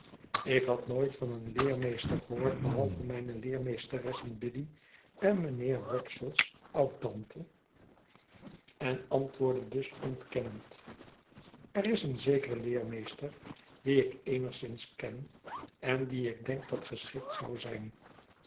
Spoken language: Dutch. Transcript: ik had nooit van een ieermeester gehoord behalve mijne leermeesteressen biddy en mijnheer wopsle's oudtante en antwoordde dus ontkennend er is een zeker ieermeester wien ik eenigszins ken en die ik denk dat geschikt zou zijn